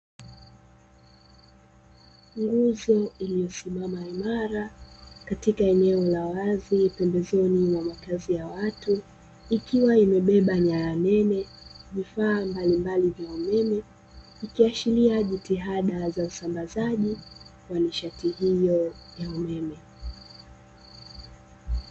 Nguzo iliyosimama imara katika eneo la wazi pembezoni mwa makazi ya watu ikiwa imebeba nyaya nene, vifaa mbali mbali vya umeme ikiashiria jitihada za usambazaji wa nishati hiyo ya umeme.